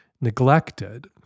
neglected